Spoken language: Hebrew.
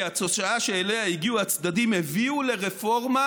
כי התוצאה שאליה הגיעו הצדדים הביאה לרפורמה"